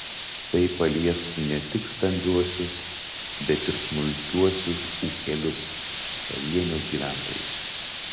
tai paliestų ne tik stambiuosius bet ir smulkiuosius ūkelius pavienius gyventojus